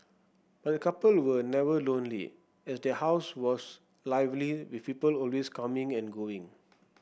but the couple were never lonely as their house was lively with people always coming and going